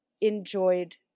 enjoyed